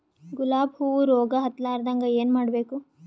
ಗುಲಾಬ್ ಹೂವು ರೋಗ ಹತ್ತಲಾರದಂಗ ಏನು ಮಾಡಬೇಕು?